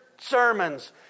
sermons